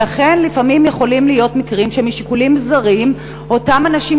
לפעמים יכולים להיות מקרים שמשיקולים זרים אותם אנשים,